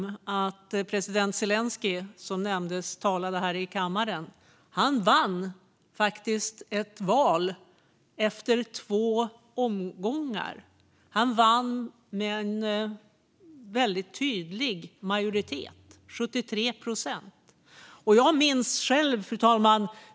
Jag tycker att det finns skäl att påminna om att han vann ett val efter två omgångar med en väldigt tydlig majoritet, 73 procent. Fru talman!